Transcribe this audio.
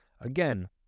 Again